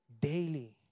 daily